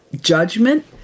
judgment